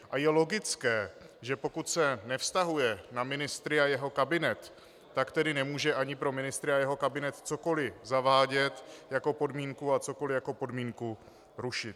A je logické, že pokud se nevztahuje na ministry a jeho kabinet, tak tedy nemůže ani pro ministry a jeho kabinet cokoliv zavádět jako podmínku a cokoliv jako podmínku rušit.